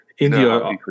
India